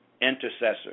Intercessor